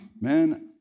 Man